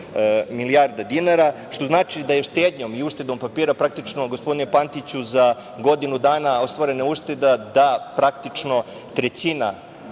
milijarde dinara, što znači da je štednjom i uštedom papira praktično, gospodine Pantiću, za godinu dana ostvarena ušteda da praktično trećina